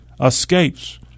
Escapes